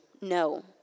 No